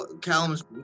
Callum's